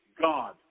God